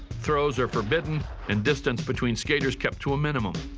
throws are forbidden and distance between skaters kept to a minimum.